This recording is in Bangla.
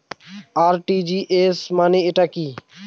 আর.টি.জি.এস মানে টা কি?